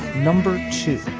number two.